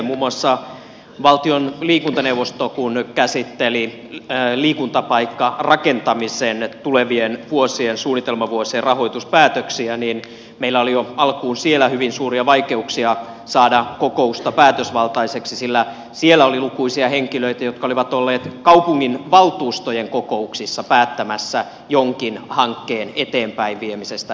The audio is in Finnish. muun muassa kun valtion liikuntaneuvosto käsitteli liikuntapaikkarakentamisen tulevien suunnitelmavuosien rahoituspäätöksiä niin meillä oli jo alkuun siellä hyvin suuria vaikeuksia saada kokousta päätösvaltaiseksi sillä siellä oli lukuisia henkilöitä jotka olivat olleet kaupunginvaltuustojen kokouksissa päättämässä jonkin hankkeen eteenpäin viemisestä